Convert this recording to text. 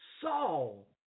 Saul